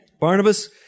Barnabas